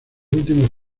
últimos